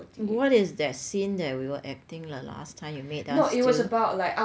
what is that scene that we were acting the last time you made us do